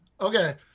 Okay